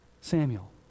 Samuel